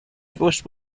first